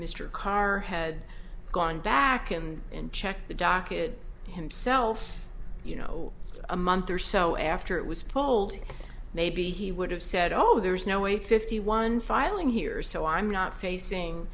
mr karr had gone back and and checked the docket himself you know a month or so after it was polled maybe he would have said oh there's no way fifty one filing here so i'm not facing